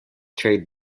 trade